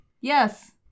Yes